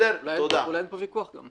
אולי אין פה ויכוח גם.